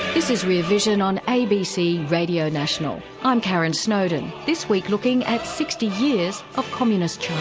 this is rear vision on abc radio national. i'm karon snowdon, this week looking at sixty years of communist china.